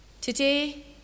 today